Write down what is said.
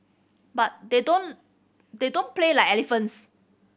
but they don't they don't play like elephants